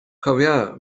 cofia